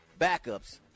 backups